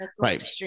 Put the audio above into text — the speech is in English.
right